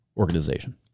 Organization